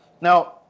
Now